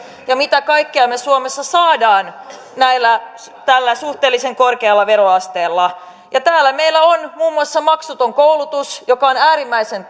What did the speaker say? ja mitä kaikkea me suomessa saamme tällä suhteellisen korkealla veroasteella täällä meillä on muun muassa maksuton koulutus joka on äärimmäisen